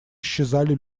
исчезали